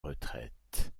retraite